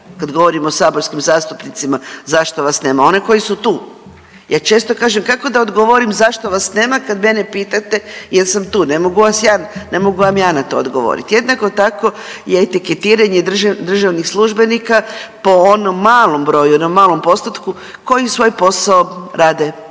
kad govorim o saborskim zastupnicima zašto vas nema, one koji su tu. Ja često kažem kako da odgovorim zašto vas nema kad mene pitate jel sam tu, ne mogu vas ja, ne mogu vam ja na to odgovorit. Jednako tako je etiketiranje državnih službenika po onom malom broju, onom malom postotku koji svoj posao rade tako